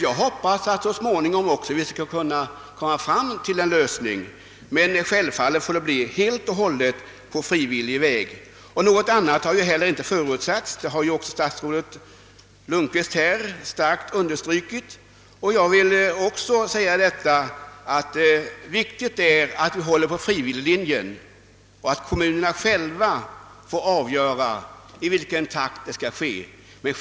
Jag hoppas att vi så småningom når fram till en lösning, men den skall självfallet åstadkommas helt och hållet på frivillig väg. Något annat har heller inte förutsatts. Statsrådet Lundkvist har starkt understrukit den saken. Det är mycket viktigt att vi håller på frivilligprincipen och att kommunerna sålunda själva får avgöra takten i sammanslagningarna.